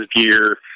gear